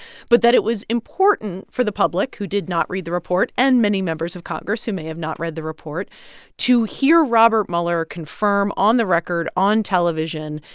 but that it was important for the public who did not read the report and many members of congress who may have not read the report to hear robert mueller confirm on the record, on television,